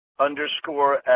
underscore